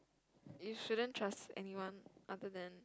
you shouldn't trust anyone other than